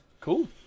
Cool